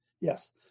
Yes